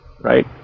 right